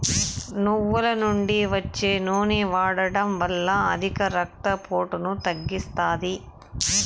నువ్వుల నుండి వచ్చే నూనె వాడడం వల్ల అధిక రక్త పోటును తగ్గిస్తాది